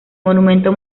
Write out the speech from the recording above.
monumento